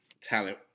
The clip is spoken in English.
talent